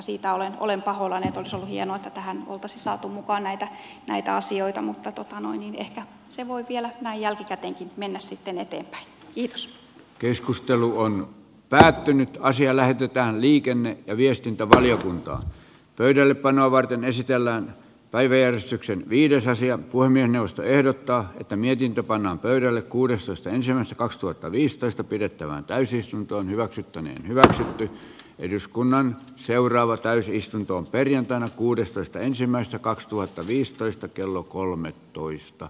siitä olen pahoillani olisi ollut hienoa että tähän olisi saatu mukaan näitä asioita mutta ehkä se voi vielä näin jälkikäteenkin mennä siten että jos keskustelu on päättynyt ja asia lähetetään liikenne ja viestintävaliokuntaan pöydällepanoa varten esitellään päiviä syksyn viides asiat poimien jaosto ehdottaa että mietintö pannaan pöydälle kuudestoista ensimmäistä kaksituhattaviisitoista pidettävään täysistuntoon hyväksytty niin hyvältä se on nyt eduskunnan seuraava täysistuntoon perjantaina kuudestoista ensimmäistä kaksituhattaviisitoista kello kolmetoista